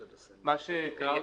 על אף האמור